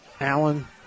Allen